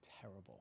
terrible